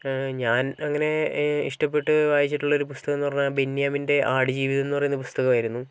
ഞാൻ അങ്ങനെ ഇഷ്ടപ്പെട്ട് വായിച്ചിട്ടുള്ളൊരു പുസ്തകം എന്നു പറഞ്ഞാൽ ബെന്യാമിൻ്റെ ആടുജീവിതം എന്നു പറയുന്ന പുസ്തകമായിരുന്നു